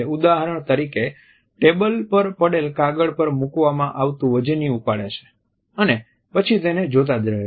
ઉદાહરણ તરીકે ટેબલ પર પડેલ કાગળ પર મુકવામાં આવતું વજનીયું ઉપાડે છે અને પછી તેને જોતા જ રહે છે